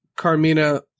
Carmina